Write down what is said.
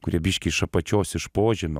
kurie biški iš apačios iš požemio